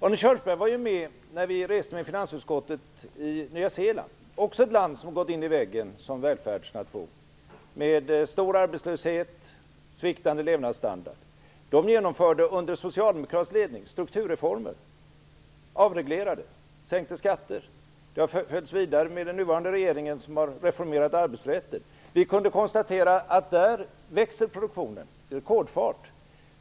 Arne Kjörnsberg var ju med när vi reste med finansutskottet till Nya Zeeland. Det är också ett land som har gått in i väggen som välfärdsnation, med stor arbetslöshet och sviktande levnadsstandard. Där genomförde man under socialdemokratisk ledning strukturreformer, avreglerade och sänkte skatter. Det har följts upp av den nuvarande regeringen, som har reformerat arbetsrätten. Vi kunde konstatera att produktionen där växer med rekordfart.